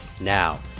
Now